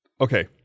okay